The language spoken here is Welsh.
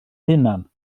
hunan